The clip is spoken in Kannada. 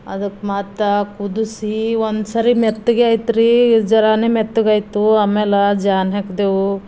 ಅದಕ್ಕೆ ಮತ್ತೆ ಕುದಿಸಿ ಒಂದು ಸರಿ ಮೆತ್ತಗೆ ಆಯ್ತ್ರೀ ಜರನೆ ಮೆತ್ತಗಾಯ್ತು ಆಮೇಲೆ ಜಾನ್ ಹಾಕಿದೆವು